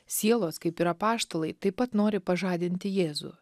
sielos kaip ir apaštalai taip pat nori pažadinti jėzų